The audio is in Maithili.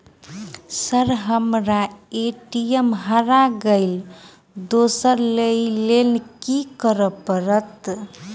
सर हम्मर ए.टी.एम हरा गइलए दोसर लईलैल की करऽ परतै?